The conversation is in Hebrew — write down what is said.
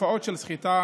בתופעות של סחיטה,